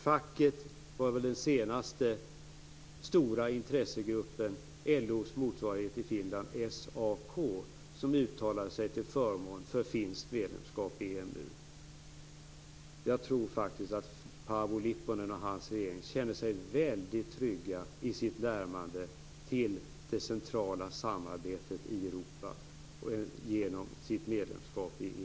Facket, SAK som är LO:s motsvarighet i Finland, var den senaste stora intressegruppen som uttalade sig till förmån för finskt medlemskap i EMU. Jag tror faktiskt att Paavo Lipponen och hans regering känner sig trygga i sitt närmande till det centrala samarbetet i Europa genom sitt medlemskap i EMU.